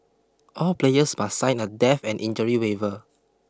all players must sign a death and injury waiver